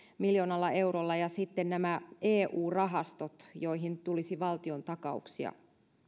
miljoonalla eurolla ja sitten nämä eu rahastot joihin tulisi valtiontakauksia